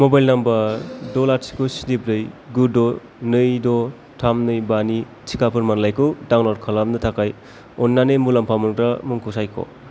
mobile number द' लाथिख' स्नि ब्रै गु द' नै द' थाम नै बा नि टिका फोरमानलाइखौ डाउनल'ड खालामनो थाखाय अन्नानै मुलामफा मोनग्रा मुंखौ सायख'